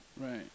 Right